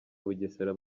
bugesera